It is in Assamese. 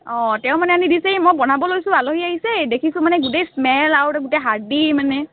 অঁ তেওঁ মানে আনি দিছেহি মই মানে বনাব লৈছোঁ আলহী আহিছে এই দেখিছোঁ মানে গোটেই স্মেল আৰুতো গোটেই হাৰ্ডিয়ে মানে